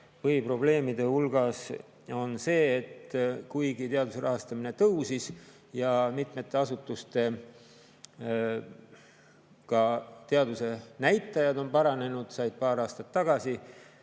põhiprobleemide hulgas on veel see, et kuigi teaduse rahastamine tõusis ja mitmete asutuste teaduse näitajad on ka paranenud, said paar aastat tagasi